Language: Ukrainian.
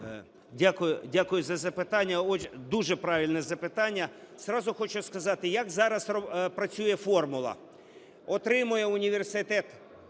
Дякую за запитання. Дуже правильне запитання. Зразу хочу сказати, як зараз працює формула. Отримує університет